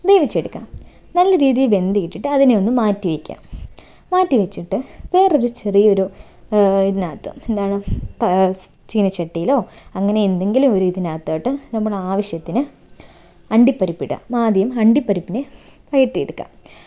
വേവിച്ചെടുക്കുക നല്ല രീതിയിൽ വെന്ത് കിട്ടിയിട്ട് അതിനെ ഒന്ന് മാറ്റി വയ്ക്കുക മാറ്റി വെച്ചിട്ട് വേറൊരു ചെറിയൊരു ഇതിനകത്ത് എന്താണ് ചീനച്ചട്ടിയിലോ അങ്ങനെ എന്തെങ്കിലും ഒരു ഇതിനകത്തോട്ട് നമ്മൾ ആവശ്യത്തിന് അണ്ടിപ്പരിപ്പിടുക ആദ്യം അണ്ടിപ്പരിപ്പിനെ വഴറ്റിയെടുക്കുക